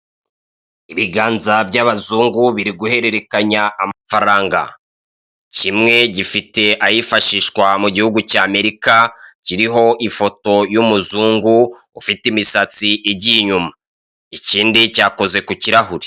Ibiganza by'abazungu biri guhererekanya amafaranga, kimwe gifite ayifashishwa mu gihugu cya Amerika, kiriho ifoto y'umuzungu ufite imisatsi igiye inyuma, ikindi cyakoze ku kirahure.